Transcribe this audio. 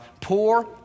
poor